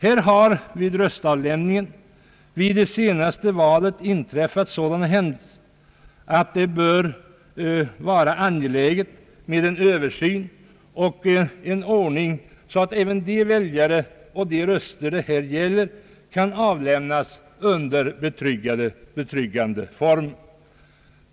I samband med röstavlämningen vid senaste valet har sådana händelser inträffat att det bör vara angeläget med en översyn och en sådan ordning att även de väljares röster, som det här gäller, kan avlämnas under betryggande former.